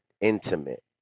intimate